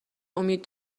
امید